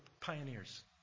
pioneers